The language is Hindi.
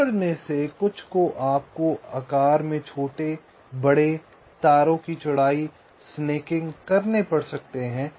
बफर में से कुछ को आपको आकार में छोटे बड़े तारों की चौड़ाई और स्नैकिंग करने पड़ सकते हैं